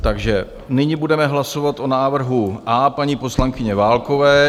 Takže nyní budeme hlasovat o návrhu A paní poslankyně Válkové.